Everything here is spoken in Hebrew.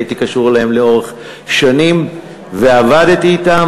הייתי קשור אליהם לאורך שנים ועבדתי אתם.